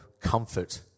comfort